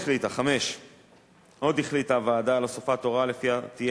5. עוד החליטה הוועדה על הוספת הוראה שלפיה תהיה